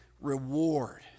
reward